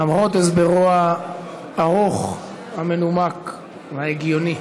למרות הסברו הארוך, המנומק וההגיוני